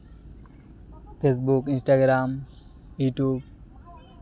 Facebook Instagram YouTube